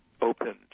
opened